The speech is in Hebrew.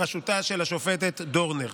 בראשותה של השופטת דורנר.